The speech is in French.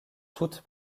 toute